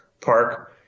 Park